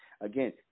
Again